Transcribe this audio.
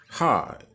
Hi